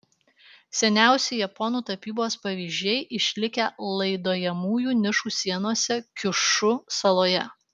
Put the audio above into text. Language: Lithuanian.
seniausi japonų tapybos pavyzdžiai išlikę laidojamųjų nišų sienose kiušu saloje